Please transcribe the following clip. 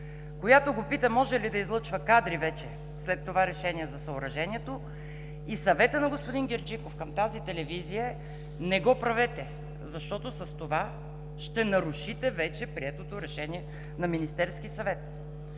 която го пита може ли да излъчва кадри след това решение за съоръжението, и съветът на господин Герджиков към тази телевизия е: „Не го правете, защото с това ще нарушите приетото решение на Министерския съвет.“